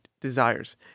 desires